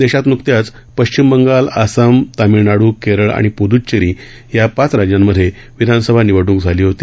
देशात न्कत्याच पश्चिम बंगाल आसाम तामिळनाडू केरळ आणि प्द्च्चेरी या पाच राज्यांमध्ये विधानसभा निवडणूक झाली होती